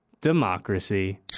Democracy